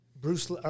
Bruce